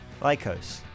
Lycos